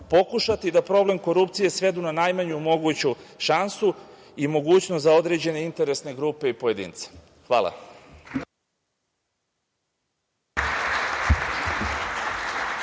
pokušati da problem korupcije svedu na najmanju moguću šansu i mogućnost za određene interesne grupe i pojedince. Hvala.